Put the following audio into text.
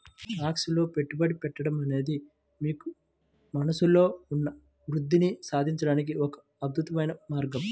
stocks లో పెట్టుబడి పెట్టడం అనేది మీకు మనస్సులో ఉన్న వృద్ధిని సాధించడానికి ఒక అద్భుతమైన మార్గం